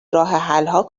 راهحلها